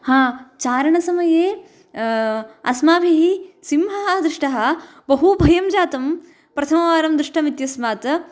आम् चारणसमये अस्माभिः सिंहः दृष्टः बहु भयः जातः प्रथमवारं दृष्टम् इत्यस्मात्